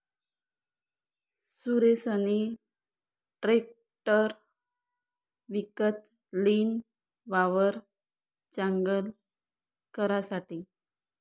सुरेशनी ट्रेकटर विकत लीन, वावर चांगल करासाठे